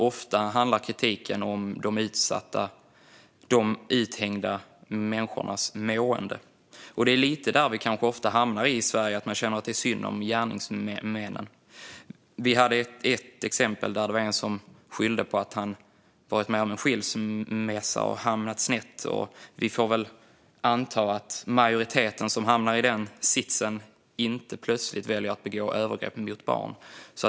Ofta handlar kritiken om de uthängda människornas mående. Det är lite där vi ofta hamnar i Sverige: Man känner att det är synd om gärningsmännen. Vi hade ett exempel där en person skyllde på att han varit med om en skilsmässa och hamnat snett. Vi får väl anta att majoriteten som hamnar i den sitsen inte plötsligt väljer att begå övergrepp mot barn.